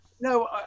No